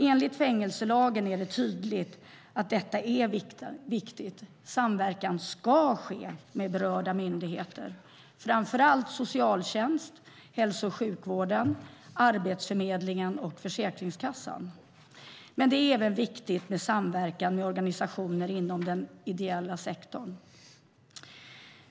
Enligt fängelselagen är det tydligt att detta är viktigt, och samverkan ska ske med berörda myndigheter, framför allt socialtjänsten, hälso och sjukvården, Arbetsförmedlingen och Försäkringskassan. Men det är även viktigt med samverkan med organisationer inom den ideella sektorn.